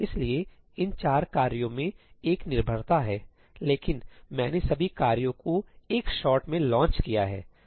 इसलिए इन चार कार्यों में एक निर्भरता है लेकिन मैंने सभी कार्यों को एक शॉट में लॉन्च किया है